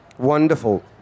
wonderful